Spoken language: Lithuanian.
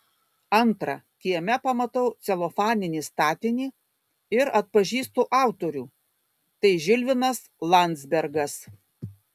antra kieme pamatau celofaninį statinį ir atpažįstu autorių tai žilvinas landzbergas